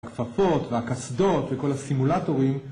הכפפות והקסדות וכל הסימולטורים